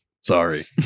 sorry